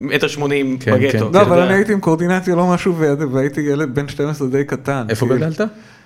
מטר שמונים בגטו. לא, אבל אני הייתי עם קורדינציה לא משהו והייתי ילד בן 12 די קטן. איפה גדלת?